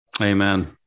Amen